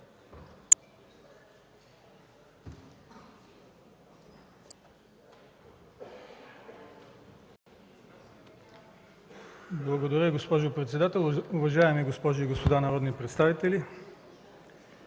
Уважаема госпожо председател, уважаеми дами и господа народни представители!